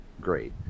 great